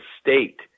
state